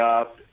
up